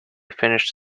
finished